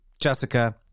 Jessica